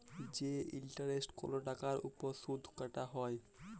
যে ইলটারেস্ট কল টাকার উপর সুদ কাটা হ্যয়